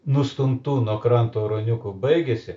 nustumtų nuo kranto ruoniukų baigėsi